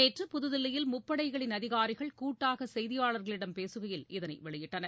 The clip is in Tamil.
நேற்று புதுதில்லியில் முப்படைகளின் அதிகாரிகள் கூட்டாக செய்தியாளர்களிடம் பேசுகையில் இதனை வெளியிட்டனர்